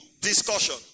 discussion